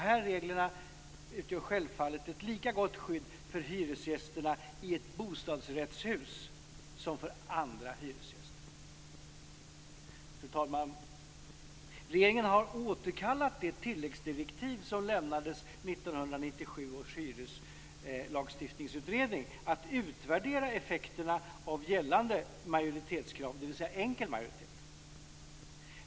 Dessa regler utgör självfallet ett lika gott skydd för hyresgästerna i ett bostadsrättshus som för andra hyresgäster. Fru talman! Regeringen har återkallat det tilläggsdirektiv som lämnades 1997 års hyreslagstiftningsutredning att utvärdera effekterna av gällande majoritetskrav, dvs. enkel majoritet.